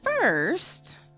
first